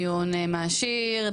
דיון מעשיר,